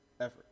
effort